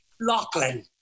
Lachlan